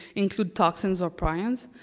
include toxins or prions.